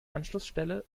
anschlussstelle